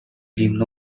himno